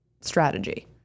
strategy